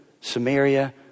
Samaria